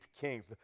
kings